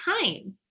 time